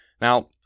Now